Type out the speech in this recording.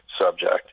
subject